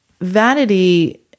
vanity